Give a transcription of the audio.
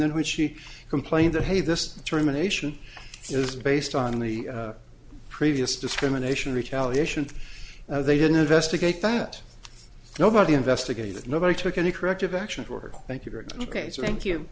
then when she complained that hey this terminations is based on the previous discrimination retaliation they didn't investigate that nobody investigated that nobody took any corrective action thank you very much ok thank you